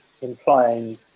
implying